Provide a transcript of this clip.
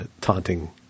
taunting